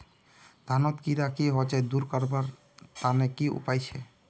धानोत कीड़ा की होचे दूर करवार तने की उपाय छे?